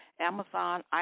Amazon